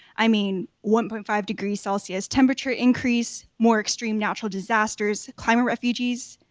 i mean, one point five degrees celsius temperature increase, more extreme natural disasters. climate refugees.